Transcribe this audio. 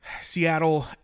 Seattle